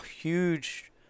huge